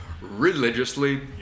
religiously